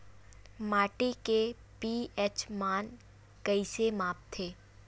माटी के पी.एच मान कइसे मापथे?